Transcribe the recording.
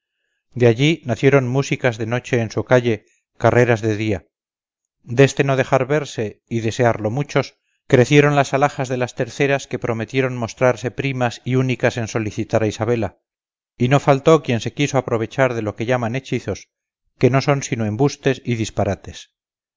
de aquí nacieron músicas de noche en su calle carreras de día deste no dejar verse y desearlo muchos crecieron las alhajas de las terceras que prometieron mostrarse primas y únicas en solicitar a isabela y no faltó quien se quiso aprovechar de lo que llaman hechizos que no son sino embustes y disparates